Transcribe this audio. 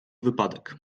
wypadek